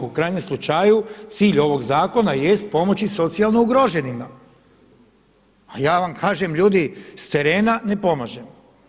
U krajnjem slučaju cilj ovog zakona jest pomoći socijalno ugroženima, a ja vam kažem ljudi s terena ne pomažemo.